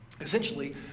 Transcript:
Essentially